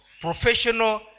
professional